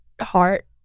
heart